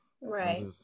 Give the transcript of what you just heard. Right